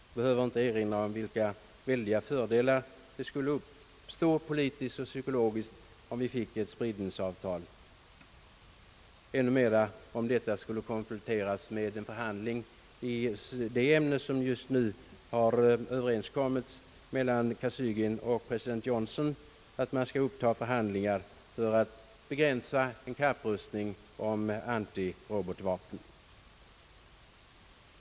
Jag behöver inte erinra om vilka politiska och psykologiska fördelar som skulle uppstå genom ett icke-spridningsavtal — och ännu mer om detta skulle kompletteras med en överenskommelse i det ämne som statsledarna Kosygin och Johnson just nu beslutat att förhandla om, nämligen antirobotvapen.